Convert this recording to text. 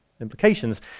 implications